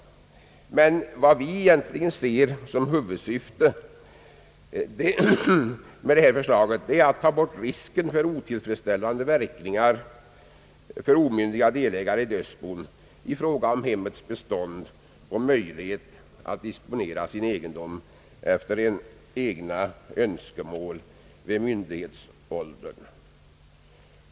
Men vad vi med vårt förslag syftar till att ta bort är risken för otillfredsställande verkningar för omyndiga delägare i dödsbon i fråga om sammanlevnad i hemmet och möjlighet att disponera sin egendom efter egna önskemål vid myndighetsåldern.